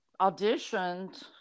auditioned